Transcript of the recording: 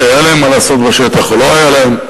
שהיה להם מה לעשות בשטח או לא היה להם,